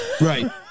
Right